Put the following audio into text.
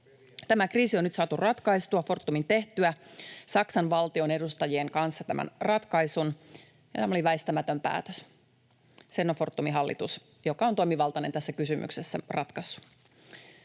Tämä kriisi on nyt saatu ratkaistua Fortumin tehtyä Saksan valtion edustajien kanssa tämän ratkaisun. Tämä oli väistämätön päätös — sen on Fortumin hallitus, joka on toimivaltainen tässä kysymyksessä, ratkaissut.